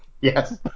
Yes